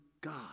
God